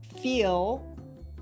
feel